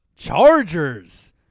chargers